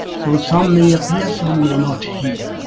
so some may appear some may not here.